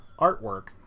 artwork